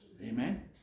Amen